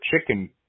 chicken